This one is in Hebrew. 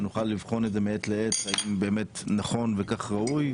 שנוכל לבחון את זה מעת לעת האם באמת נכון וכך ראוי,